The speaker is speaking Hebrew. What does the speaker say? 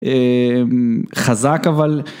חזק אבל.